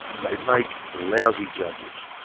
they make lousy judges.